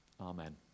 Amen